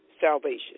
salvation